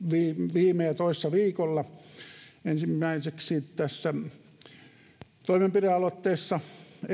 viime ja toissa viikolla ensimmäiseksi toimenpidealoitteessa